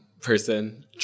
person